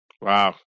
Wow